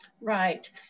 Right